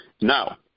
Now